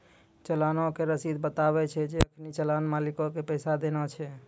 चलानो के रशीद बताबै छै जे अखनि चलान मालिको के पैसा देना छै